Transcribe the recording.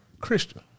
Christian